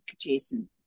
jason